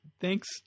thanks